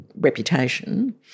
reputation